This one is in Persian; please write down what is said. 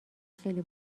خیلی